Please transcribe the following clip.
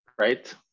right